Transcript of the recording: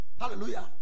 Hallelujah